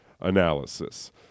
analysis